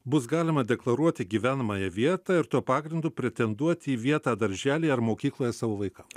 bus galima deklaruoti gyvenamąją vietą ir tuo pagrindu pretenduoti į vietą darželyje ar mokykloje savo vaikam